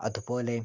അതുപോലെ